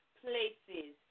places